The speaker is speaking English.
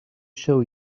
show